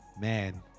man